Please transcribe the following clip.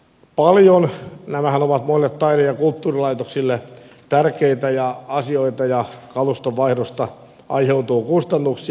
nämähän ovat monille taide ja kulttuurilaitoksille tärkeitä asioita ja kaluston vaihdosta aiheutuu kustannuksia